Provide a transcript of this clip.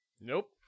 Nope